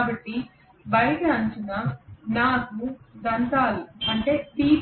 కాబట్టి బయటి అంచున నాకు దంతాలు ఉంటాయి